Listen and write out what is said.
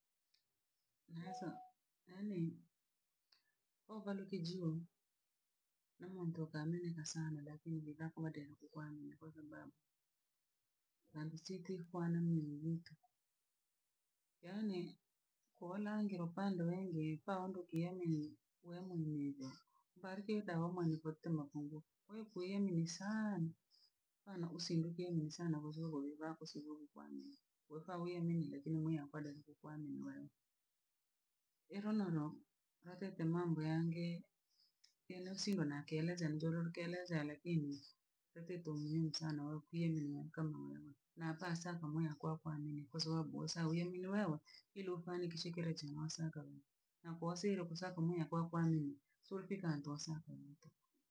Naeso nani, ovaluke jio na muntu kaminika sana lakini lakomodere kukwamini kwa sababu rangi siti kwana mini yitu yaani kwolangiro upande wange pa ondo kiemene we mwinyigo valike tahomwena koto mapungufu, kwe kuiamini sana usiendukenunu sana kwa sababu vere va kusuvulu kwanza. We ka we amini lakini mwi akwada viko kwa nini wewe. Ehonoro katete mambo yange keno singo nakereja njoro kereja lakini loteto muhimu sana wa kuyende na mukama wayo na pasaka mweya kwa kuamini kwa sababu osawiye mino wewe ili ufanikishe kila chinho wasaganho, nakuose lokosaka mwiya kwa- kwanuma suripika ndosaka nto.